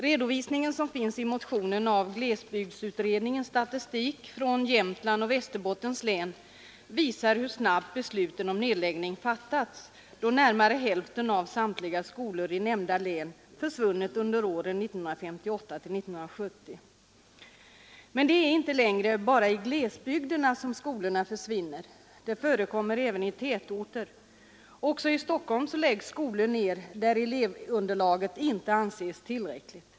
Redovisningen i motionen av glesbygdsutredningens statistik från Jämtlands och Västerbottens län visar hur snabbt besluten om nedläggning fattats — närmare hälften av samtliga skolor i nämnda län har försvunnit under åren 1958-1970. Men det är inte längre bara i glesbygderna som skolor försvinner; det förekommer även i tätorter. Också i Stockholm läggs skolor ned, när elevunderlaget inte anses tillräckligt.